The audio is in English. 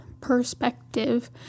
perspective